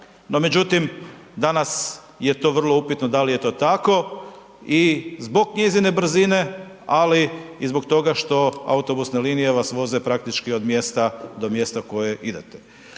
međutim danas je to vrlo upitno da li je to tako i zbog njezine brzine, ali i zbog toga što autobusne linije vas voze praktički od mjesta do mjesta kojeg idete.